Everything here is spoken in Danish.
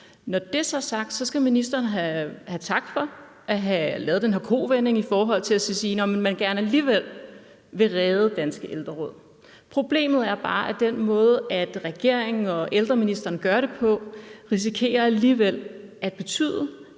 Når det så er sagt, skal ministeren have tak for at have lavet den her kovending i forhold til så at sige, at man alligevel gerne vil redde Danske Ældreråd. Problemet er bare, at den måde, som regeringen og ældreministeren gør det på, alligevel risikerer at betyde,